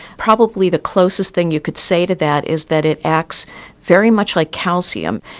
probably the closest thing you could say to that is that it acts very much like calcium.